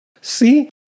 See